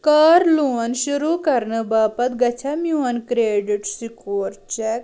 کار لون شروٗع کرنہٕ باپتھ گَژھیٚا میون کریڈِٹ سکور چیک